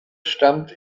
stammt